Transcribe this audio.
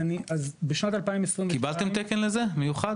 קיבלתם תקן מיוחד לזה?